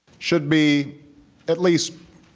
should be at least